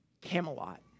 Camelot